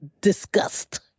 Disgust